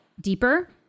deeper